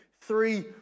three